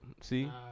See